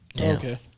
Okay